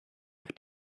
auf